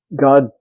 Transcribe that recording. God